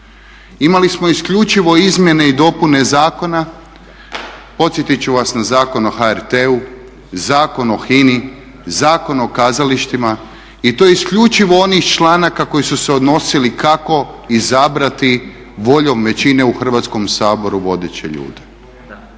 Imali smo isključivo izmjene i dopune zakona, podsjetiti ću vas na Zakon o HRT-u, Zakon o HINA-i, Zakon o kazalištima i to isključivo onih članak koji su se odnosili kako izabrati voljom većine u Hrvatskom saboru vodeće ljude.